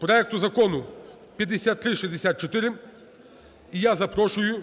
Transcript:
проекту Закону 5364, і я запрошую